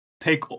take